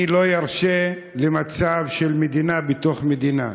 אני לא ארשה מצב של מדינה בתוך מדינה.